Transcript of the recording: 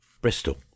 Bristol